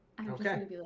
okay